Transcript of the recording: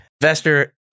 Investor